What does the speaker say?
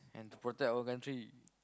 and to protect our country